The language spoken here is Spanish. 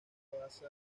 baza